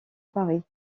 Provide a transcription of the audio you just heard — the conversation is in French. paris